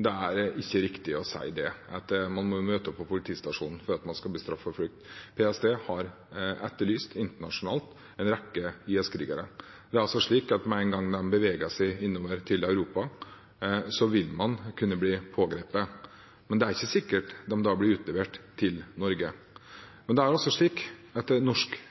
Det er ikke riktig å si at man må møte opp på politistasjonen for at man skal bli straffeforfulgt. PST har etterlyst internasjonalt en rekke IS-krigere. Med en gang de beveger seg inn til Europa, vil de kunne bli pågrepet, men det er ikke sikkert de da blir utlevert til Norge. Norsk politi har ikke jurisdiksjon i Irak og Syria. Derfor bidrar vi med å framskaffe bevis gjennom FN-programmet, slik at